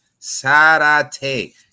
Sarate